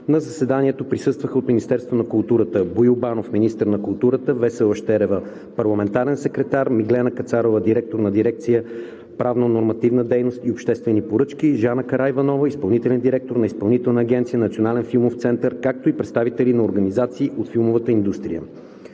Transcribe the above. На заседанието присъстваха от Министерството на културата: Боил Банов – министър на културата, Весела Щерева – парламентарен секретар, Миглена Кацарова – директор на дирекция „Правнонормативна дейност и обществени поръчки“, Жана Караиванова – изпълнителен директор на Изпълнителна агенция „Национален филмов център“, както и представители на организации от филмовата индустрия.